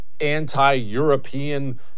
anti-European